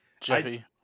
Jeffy